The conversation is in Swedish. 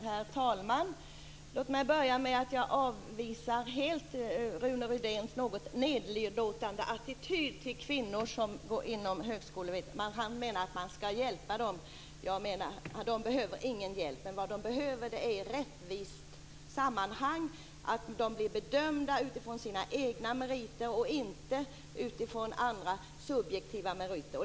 Herr talman! Låt mig börja med att säga att jag helt avvisar Rune Rydéns något nedlåtande attityd till kvinnor inom högskolan. Han säger att man skall hjälpa dem. De behöver ingen hjälp, utan vad de behöver är en rättvis behandling och att de blir bedömda utifrån sina egna meriter och inte utifrån andra subjektiva meriter.